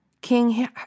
King